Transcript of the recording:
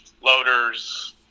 loaders